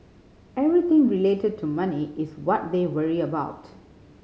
everything related to money is what they worry about